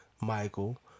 Michael